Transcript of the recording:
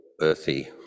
earthy